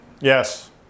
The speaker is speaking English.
Yes